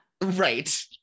Right